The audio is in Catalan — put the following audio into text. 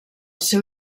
seu